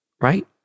right